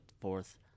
forth